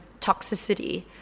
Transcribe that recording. toxicity